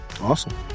Awesome